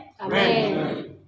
Amen